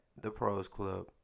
theprosclub